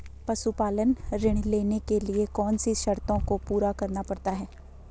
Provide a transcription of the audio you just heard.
पशुपालन ऋण लेने के लिए कौन सी शर्तों को पूरा करना पड़ता है?